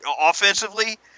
offensively